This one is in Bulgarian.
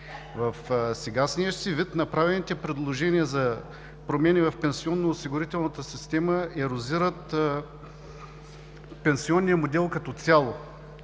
В сегашния си вид направените предложения за промени в пенсионно-осигурителната система ерозират пенсионния модел като цяло.